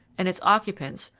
and its occupants,